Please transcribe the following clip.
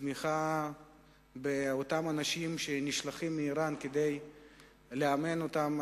תמיכה באמצעות אותם אנשים שנשלחים מאירן כדי לאמן את אותם